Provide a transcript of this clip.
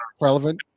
relevant